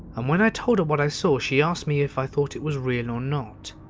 um when i told her what i saw, she asked me if i thought it was real or not.